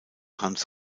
hans